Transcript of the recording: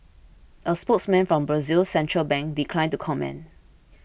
a spokesman for Brazil's central bank declined to comment